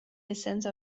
essence